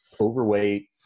overweight